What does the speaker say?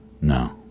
No